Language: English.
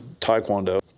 taekwondo